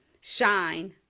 shine